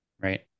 right